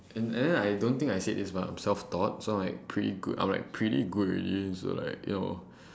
and then I don't think I said this but I'm self taught so like pretty good I'm like pretty good already so like you know